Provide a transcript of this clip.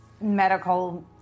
medical